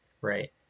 right